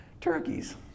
turkeys